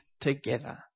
together